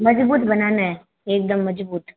मजबूत बनाना है एकदम मजबूत